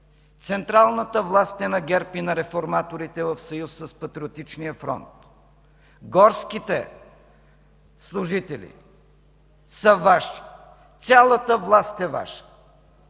Централната власт е на ГЕРБ и на реформаторите, в съюз с Патриотичния фронт. Горските служители са Ваши, цялата власт е Ваша!